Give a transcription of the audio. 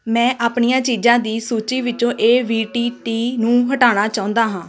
ਮੈਂ ਆਪਣੀਆਂ ਚੀਜ਼ਾਂ ਦੀ ਸੂਚੀ ਵਿੱਚੋਂ ਏ ਵੀ ਟੀ ਟੀ ਨੂੰ ਹਟਾਉਣਾ ਚਾਹੁੰਦਾ ਹਾਂ